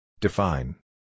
Define